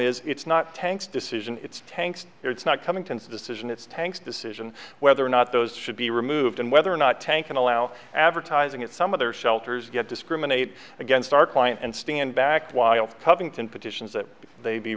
is it's not tanks decision it's tanks it's not coming to a decision it's tanks decision whether or not those should be removed and whether or not tanking allow advertising at some of their shelters get discriminate against our client and stand back while pumping can petitions that they be